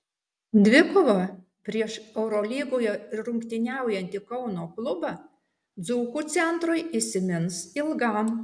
dvikova prieš eurolygoje rungtyniaujantį kauno klubą dzūkų centrui įsimins ilgam